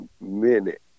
minute